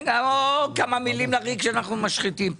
או-או, כמה מילים לריק שאנחנו משחיתים פה,